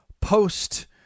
post